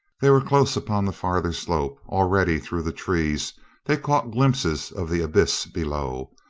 they were close upon the farther slope, already through the trees they caught glimpses of the abyss below,